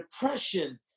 depression